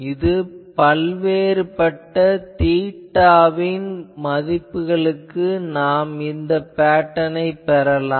இங்கு பல்வேறுபட்ட தீட்டாவின் மதிப்புகளுக்கு நாம் இந்த பேட்டர்னைப் பெறலாம்